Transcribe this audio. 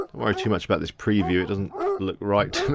worry too much about this preview, it doesn't look right to